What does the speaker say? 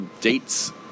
dates